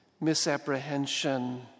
misapprehension